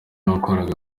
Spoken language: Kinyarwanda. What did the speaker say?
wakoraga